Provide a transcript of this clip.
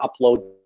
upload